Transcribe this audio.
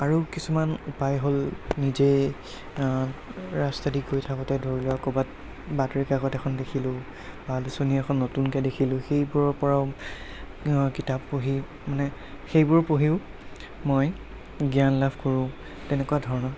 আৰু কিছুমান উপায় হ'ল নিজেই ৰাস্তাইদি গৈ থাকোঁতে ধৰি লোৱা ক'ৰবাত বাতৰিকাকত এখন দেখিলোঁ বা আলোচনী এখন নতুনকৈ দেখিলোঁ সেইবোৰৰপৰাও কিতাপ পঢ়ি মানে সেইবোৰ পঢ়িও মই জ্ঞান লাভ কৰোঁ তেনেকুৱা ধৰণৰ